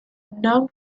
non